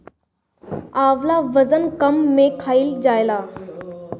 आंवला वजन कम करे में खाईल जाला